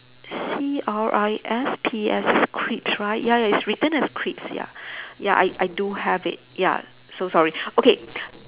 C R I S P S it's crisps right ya ya it's written as crisps ya ya I I do have it ya so sorry okay